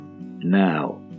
Now